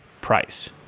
price